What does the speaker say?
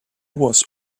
was